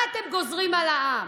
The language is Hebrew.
מה אתם גוזרים על העם?